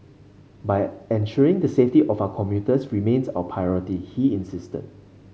but ensuring the safety of our commuters remains our priority he insisted